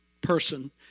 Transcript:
person